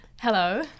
Hello